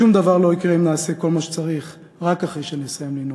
שום דבר לא יקרה אם נעשה כל מה שצריך רק אחרי שנסיים לנהוג.